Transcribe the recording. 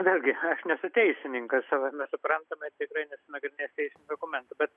vėlgi aš nesu teisininkas savaime suprantama tikrai nesu nagrinėjęs teisinių dokumentų bet